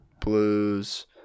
blues